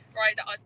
right